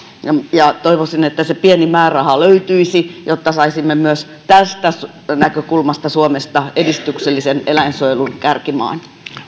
ja toivoisin että se pieni määräraha löytyisi jotta saisimme myös tästä näkökulmasta suomesta edistyksellisen eläinsuojelun kärkimaan